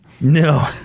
No